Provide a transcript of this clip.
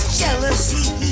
jealousy